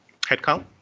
headcount